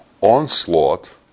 onslaught